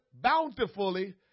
bountifully